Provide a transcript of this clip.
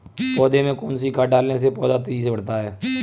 पौधे में कौन सी खाद डालने से पौधा तेजी से बढ़ता है?